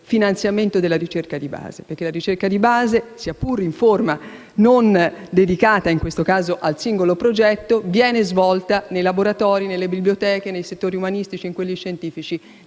finanziamento della ricerca di base, perché essa, sia pur in forma non dedicata al singolo progetto, viene svolta, nei laboratori, nelle biblioteche, nei settori umanistici e in quelli scientifici,